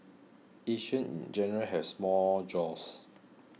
Asians in general has small jaws